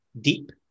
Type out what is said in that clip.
deep